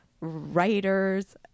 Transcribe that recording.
writers